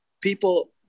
people